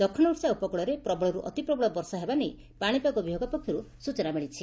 ଦକ୍ଷିଣ ଓଡିଶା ଉପକୂଳରେ ପ୍ରବଳରୁ ଅତିପ୍ରବଳ ବର୍ଷା ହେବା ନେଇ ପାଶିପାଗ ବିଭାଗ ପକ୍ଷରୁ ସୂଚନା ମିଳିଛି